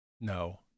No